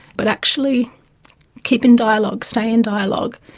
but actually keep in dialogue, stay in dialogue.